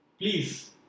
Please